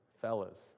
fellas